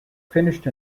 finished